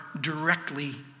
directly